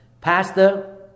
pastor